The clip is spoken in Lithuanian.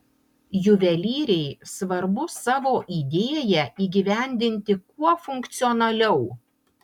juvelyrei svarbu savo idėją įgyvendinti kuo funkcionaliau